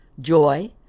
joy